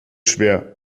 schwer